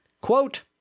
Quote